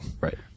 Right